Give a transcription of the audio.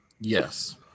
Yes